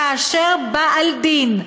כאשר בעל דין,